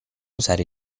usare